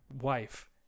wife